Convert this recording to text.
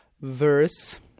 verse –